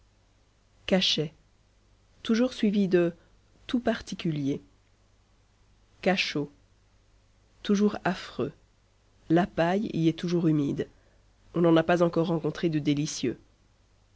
cachet toujours suivi de tout particulier cachot toujours affreux la paille y est toujours humide on n'en a pas encore rencontré de délicieux